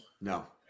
No